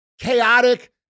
chaotic